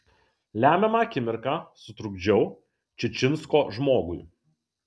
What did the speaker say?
lemiamą akimirką sutrukdžiau čičinsko žmogui